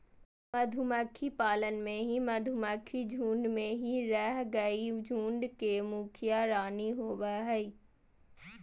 मधुमक्खी पालन में मधुमक्खी झुंड में ही रहअ हई, झुंड के मुखिया रानी होवअ हई